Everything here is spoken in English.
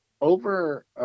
over